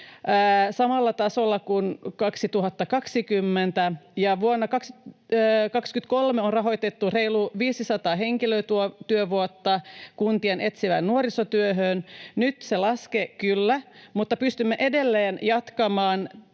samalla tasolla kuin 2020. Vuonna 23 on rahoitettu reilu 500 henkilötyövuotta kuntien etsivään nuorisotyöhön. Nyt se laskee, kyllä, mutta pystymme joka